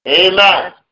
Amen